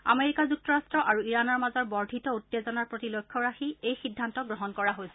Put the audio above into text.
America যুক্তৰাষ্ট্ৰ আৰু ইৰাণৰ মাজৰ বৰ্ধিত উত্তেজনাৰ প্ৰতি লক্ষ্য ৰাখি এই সিদ্ধান্ত গ্ৰহণ কৰা হৈছে